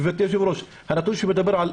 גברתי היושבת-ראש, הנתון של 1,000